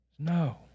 No